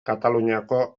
kataluniako